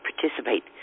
participate